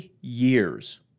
years